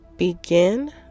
Begin